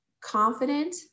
confident